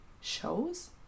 shows